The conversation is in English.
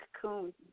cocoon